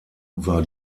war